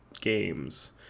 games